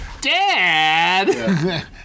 Dad